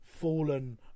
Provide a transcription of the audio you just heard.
fallen